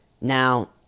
Now